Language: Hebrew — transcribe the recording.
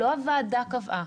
לא הוועדה קבעה,